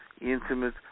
intimate